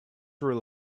rule